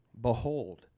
behold